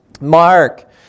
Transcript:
Mark